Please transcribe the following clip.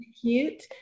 Cute